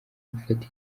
gufata